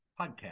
podcast